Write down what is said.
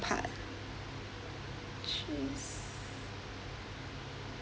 part choose